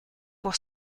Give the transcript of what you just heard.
pour